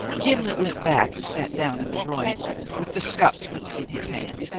gimblet went back and sat down in the drawing-room with the scotsman in his hand.